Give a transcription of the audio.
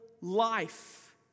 life